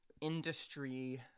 industry